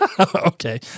Okay